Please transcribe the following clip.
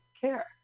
care